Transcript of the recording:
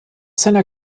seiner